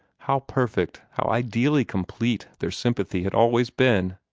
how perfect, how ideally complete, their sympathy had always been!